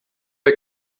bei